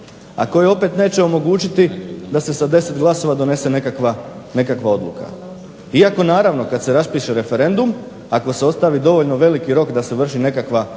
a koje opet neće omogućiti da se sa 10 glasova donese nekakva odluka. Iako naravno, kad se raspiše referendum ako se ostavi dovoljno veliki rok da se vrši nekakva